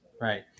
right